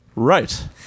right